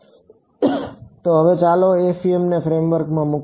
તો હવે ચાલો તેને FEM ફ્રેમવર્કમાં મૂકીએ